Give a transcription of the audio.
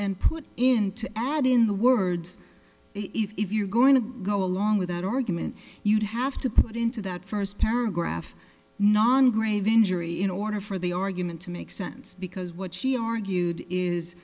and put into ad in the words if you're going to go along with that argument you'd have to put into that first paragraph non grave injury in order for the org meant to make sense because what she argued is